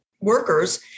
workers